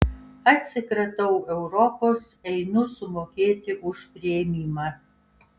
atsikratau europos einu sumokėti už priėmimą